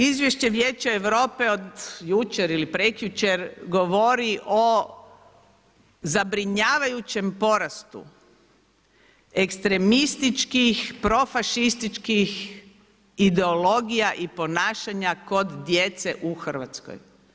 Izvješće Vijeća Europe od jučer ili prekjučer govori o zabrinjavajućem porastu ekstremističkih profašističkih ideologija i ponašanja kod djece u Hrvatskoj.